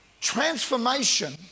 transformation